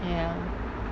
ya